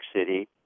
City